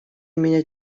меня